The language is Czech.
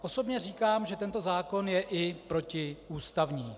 Osobně říkám, že tento zákon je i protiústavní.